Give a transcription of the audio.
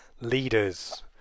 leaders